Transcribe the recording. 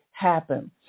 happen